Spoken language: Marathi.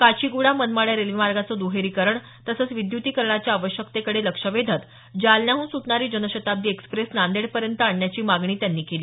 काचीग्डा मनमाड या रेल्वेमार्गाचं दुहेरीकरण तसंच विद्युतीकरणाच्या आवश्यकतेकडे लक्ष वेधत जालन्याहून सुटणारी जनशताब्दी एक्स्प्रेस नांदेडपर्यंत आणण्याची मागणी केली